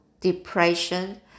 depression